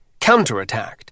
counterattacked